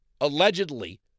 allegedly